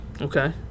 Okay